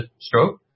stroke